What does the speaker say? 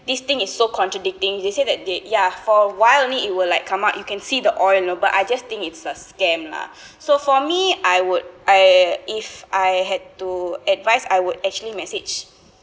this thing is so contradicting they say that they ya for a while only it will like come out you can see the oil you know but I just think it's a scam lah so for me I would I if I had to advise I would actually message